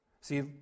See